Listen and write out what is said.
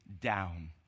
down